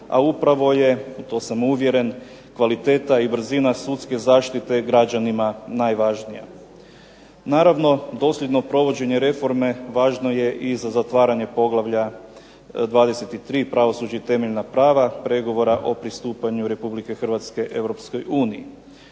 a upravo je to sam uvjeren kvaliteta i brzina sudske zaštite građanima najvažnija. Naravno, dosljedno provođenje reforme važno je i za zatvaranje poglavlja 23. Pravosuđe i temeljna prava pregovora o pristupanju Republike Hrvatske